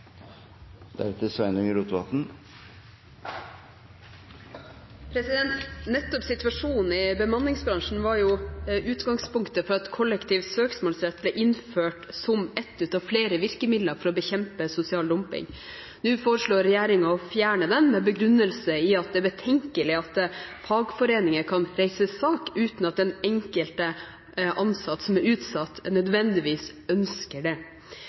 Nettopp situasjonen i bemanningsbransjen var utgangspunktet for at kollektiv søksmålsrett ble innført som ett av flere virkemidler for å bekjempe sosial dumping. Nå foreslår regjeringen å fjerne den med begrunnelse i at det er betenkelig at fagforeninger kan reise sak uten at den enkelte ansatte som er utsatt, nødvendigvis ønsker det.